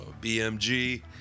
BMG